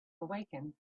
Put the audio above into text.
awaken